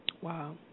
wow